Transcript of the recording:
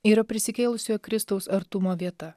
yra prisikėlusiojo kristaus artumo vieta